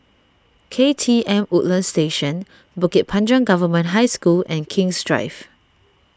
K T M Woodlands Station Bukit Panjang Government High School and King's Drive